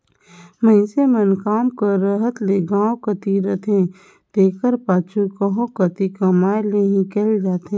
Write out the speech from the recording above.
मइनसे मन काम कर रहत ले गाँव कती रहथें तेकर पाछू कहों कती कमाए लें हिंकेल जाथें